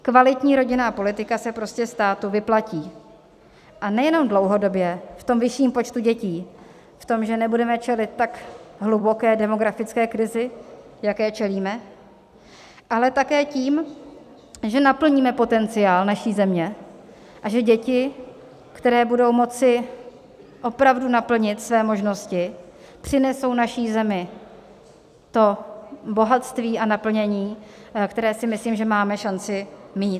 Kvalitní rodinná politika se prostě státu vyplatí, a nejenom dlouhodobě ve vyšším počtu dětí, v tom, že nebudeme čelit tak hluboké demografické krizi, jaké čelíme, ale také tím, že naplníme potenciál naší země a že děti, které budou moci opravdu naplnit své možnosti, přinesou naší zemi bohatství a naplnění, které si myslím, že máme šanci mít.